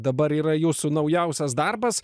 dabar yra jūsų naujausias darbas